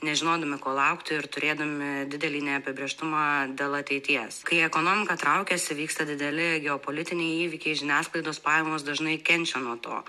nežinodami ko laukti ir turėdami didelį neapibrėžtumą dėl ateities kai ekonomika traukiasi vyksta dideli geopolitiniai įvykiai žiniasklaidos pajamos dažnai kenčia nuo to